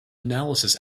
analysis